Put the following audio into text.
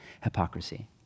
Hypocrisy